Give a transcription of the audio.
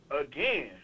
again